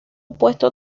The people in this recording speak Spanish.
puesto